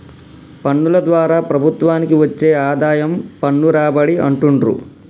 పన్నుల ద్వారా ప్రభుత్వానికి వచ్చే ఆదాయం పన్ను రాబడి అంటుండ్రు